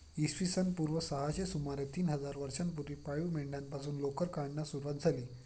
इसवी सन पूर्व सहाशे सुमारे तीन हजार वर्षांपूर्वी पाळीव मेंढ्यांपासून लोकर काढण्यास सुरवात झाली